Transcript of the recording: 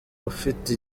ufite